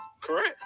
Correct